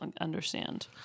understand